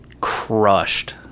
crushed